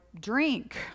drink